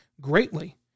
greatly